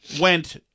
went